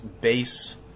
base